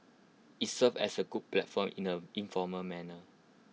IT serves as A good platform in A informal manner